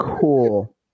Cool